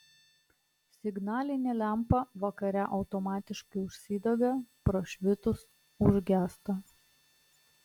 signalinė lempa vakare automatiškai užsidega prašvitus užgęsta